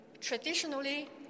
Traditionally